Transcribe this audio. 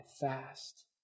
fast